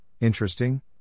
interesting